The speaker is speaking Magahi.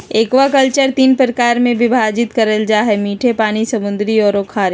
एक्वाकल्चर तीन प्रकार में विभाजित करल जा हइ मीठे पानी, समुद्री औरो खारे